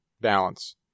balance